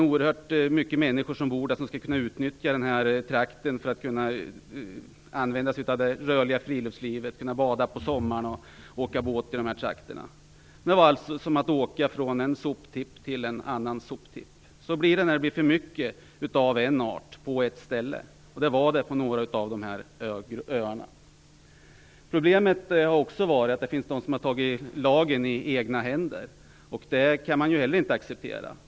De människor som bor där vill utnyttja trakten och leva ett rörligt friluftsliv. De vill kunna bada och åka båt på sommaren. Men det är som att åka från en soptipp till en annan. Så blir det när det blir för mycket av en art på ett ställe, och så var det på några av dessa öar. Problemet är också att det finns människor som har tagit lagen i egna händer. Detta kan vi inte heller acceptera.